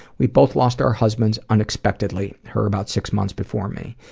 we both lost our husbands unexpectedly, her about six months before me.